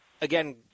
again